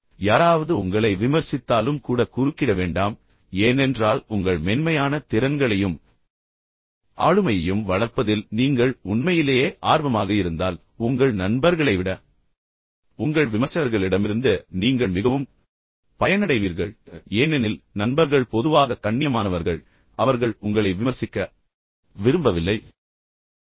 யாராவது உங்களை விமர்சித்தாலும் கூட குறுக்கிட வேண்டாம் ஏனென்றால் உங்கள் மென்மையான திறன்களையும் ஆளுமையையும் வளர்ப்பதில் நீங்கள் உண்மையிலேயே ஆர்வமாக இருந்தால் உங்கள் நண்பர்களை விட உங்கள் விமர்சகர்களிடமிருந்து நீங்கள் மிகவும் பயனடைவீர்கள் என்பதை நீங்கள் புரிந்து கொள்ள வேண்டும் ஏனெனில் நண்பர்கள் பொதுவாக கண்ணியமானவர்கள் பின்னர் அவர்கள் உங்களை விமர்சிக்க விரும்பவில்லை பின்னர் அவர்கள் உங்களை விமர்சிக்க விரும்பவில்லை